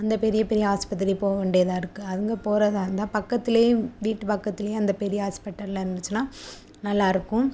இந்த பெரிய பெரிய ஆஸ்பத்திரி போக வேண்டியதாக இருக்குது அங்கே போகிறதா இருந்தால் பக்கத்துலேயும் வீட்டு பக்கத்துலேயும் அந்த பெரிய ஹாஸ்பிட்டெல்லாம் இருந்துச்சுன்னா நல்லாயிருக்கும்